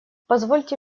позвольте